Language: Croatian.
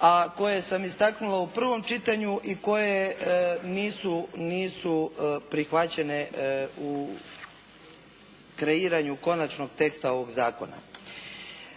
a koje sam istaknula u prvom čitanju i koje nisu prihvaćene u kreiranju konačnog teksta ovog zakona.